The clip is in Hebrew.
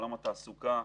עולם התעסוקה,